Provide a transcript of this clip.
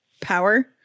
power